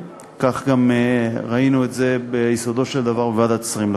וכך גם ראינו את זה ביסודו של דבר בוועדת השרים לחקיקה.